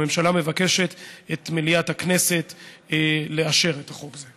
הממשלה מבקשת את מליאת הכנסת לאשר את החוק הזה.